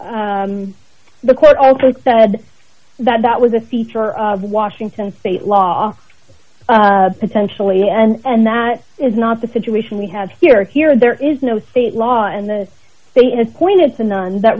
the court also said that that was a feature of washington state law potentially and that is not the situation we have here here there is no state law and the state has pointed to none that